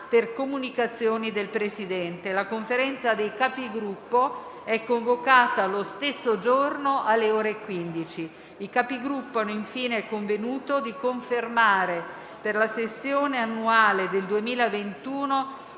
La Conferenza dei Capigruppo è convocata lo stesso giorno alle ore 15. I Capigruppo hanno, infine, convenuto di confermare, per la sessione annuale del 2021,